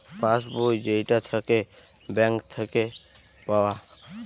pass বই যেইটা থাকে ব্যাঙ্ক থাকে পাওয়া